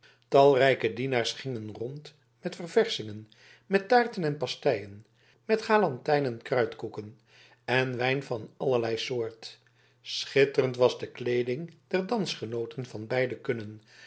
talrijke dienaars gingen rond met ververschingen met taarten en pastijen met galantijn en kruidkoeken en wijn van allerlei soort schitterend was de kleeding der dansgenooten van beide kunne